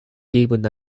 given